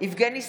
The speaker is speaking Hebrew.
יבגני סובה,